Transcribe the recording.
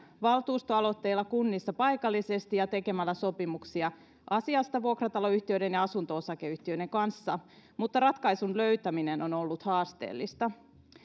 valtuustoaloitteilla kunnissa paikallisesti ja tekemällä sopimuksia asiasta vuokrataloyhtiöiden ja asunto osakeyhtiöiden kanssa mutta ratkaisun löytäminen on ollut haasteellista